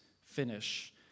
finish